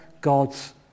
God's